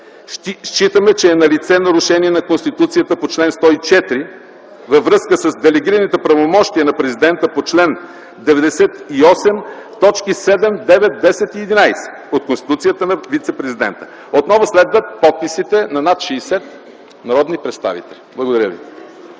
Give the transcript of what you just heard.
Считаме, че е налице нарушение на Конституцията по чл. 104 във връзка с делегираните правомощия на президента по чл. 98, т. 7, 9, 10 и 11 от Конституцията на вицепрезидента.” Отново следват подписите на над 60 народни представители. Благодаря Ви.